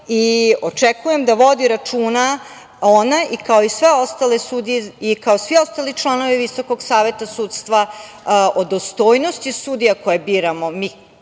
i očekujem da vodi računa ona, kao i sve ostale sudije i kao svi ostali članovi Visokog saveta sudstva o dostojnosti sudija koje biramo mi